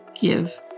give